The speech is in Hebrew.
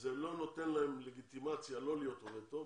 זה לא נותן להם לגיטימציה לא להיות עובד טוב,